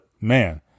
man